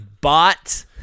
bought